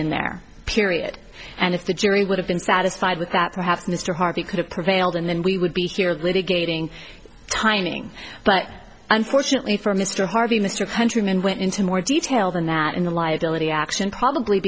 in there period and if the jury would have been satisfied with that perhaps mr harvey could have prevailed and then we would be here litigating timing but unfortunately for mr harvey mr countryman went into more detail than that in the liability action probably